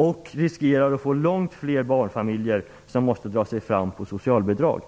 Därmed riskerar ni att många barnfamiljer måste dra sig fram på socialbidrag.